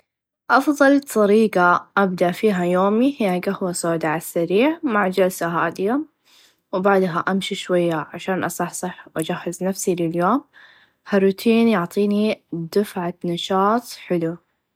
أفظل طريقه أبدا فيها يومي هى قهوه سودا عالسريع مع چالسه هاديه و بعدها أمشي شويه عشان اصحصح و أجهز نفسي لليوم هالروتين يعطيني دفعه نشاط حلو.